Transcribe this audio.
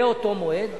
באותו מועד,